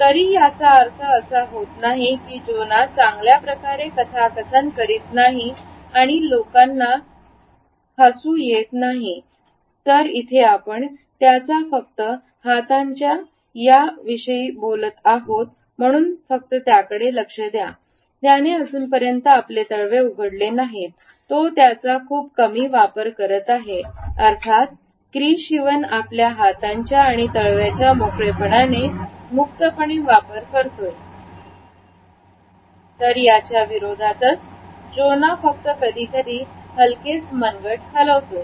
तरी याचा अर्थ असा होत नाही की जोना चांगल्या प्रकारे कथाकथन करीत नाही किंवा लोकांना हसू येत नाही तर इथे आपण त्याच्या फक्त हातांच्या हा विषयी बोलत आहोत म्हणून फक्त त्याकडे लक्ष द्या त्याने अजून पर्यंत आपले तळवे उघडले नाहीत तो त्याचा खूप कमी वापर करत आहे अर्थात क्रिश इवन आपल्या हातांच्या आणि तळव्यांच्या मोकळेपणाने मुक्तपणे वापर करतोय दर्याचा विरोधातच जोना फक्त कधीकधी हलकेच मनगट हलवतोय